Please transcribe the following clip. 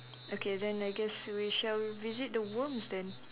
okay then I guess we shall visit the worms then